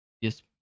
Yes